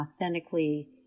authentically